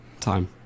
time